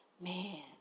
man